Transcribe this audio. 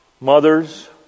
Mothers